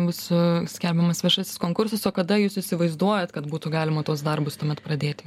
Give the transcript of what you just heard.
mūsų skelbiamas viešasis konkursas o kada jūs įsivaizduojat kad būtų galima tuos darbus tuomet pradėti